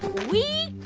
we